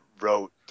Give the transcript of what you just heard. wrote